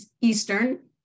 Eastern